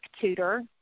tutor